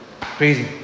Crazy